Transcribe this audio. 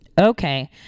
Okay